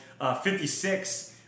56